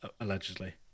allegedly